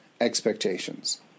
expectations